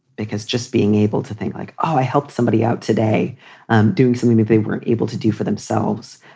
because just being able to think like, oh, i helped somebody out today um doing something if they weren't able to do for themselves,